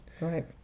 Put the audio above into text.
Right